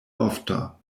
ofta